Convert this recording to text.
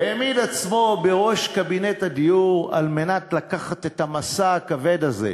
העמיד עצמו בראש קבינט הדיור כדי לקחת את המשא הכבד הזה,